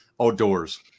outdoors